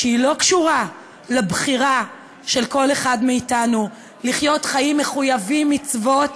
שהיא לא קשורה לבחירה של כל אחד מאתנו לחיות חיים מחויבים מצוות,